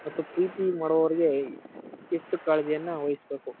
ಮತ್ತು ಪ್ರೀತಿ ಮಾಡುವವರಿಗೆ ಹೆಚ್ಚು ಕಾಳಜಿಯನ್ನು ವಹಿಸ್ಬೇಕು